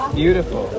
beautiful